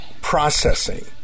processing